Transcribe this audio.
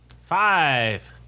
Five